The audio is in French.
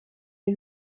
est